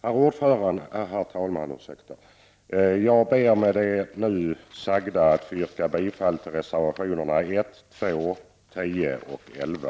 Herr talman! Jag ber med det anförda att få yrka bifall till reservationerna 1,2, 10 och 11.